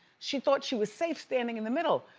she thought she was safe, standing in the middle.